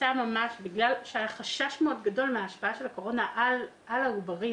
בגלל שהיה חשש מאוד גדול מההשפעה של הקורונה על העוברים,